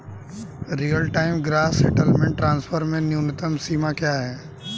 Real time gross settlement transfer में न्यूनतम सीमा क्या है?